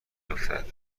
افتد